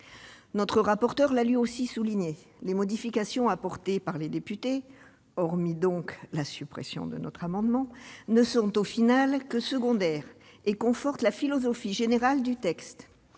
Le rapporteur l'a lui aussi souligné : les modifications apportées par les députés, hormis la suppression de notre amendement, sont finalement secondaires et confortent la philosophie générale du texte.